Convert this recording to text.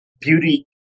beauty